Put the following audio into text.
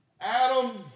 Adam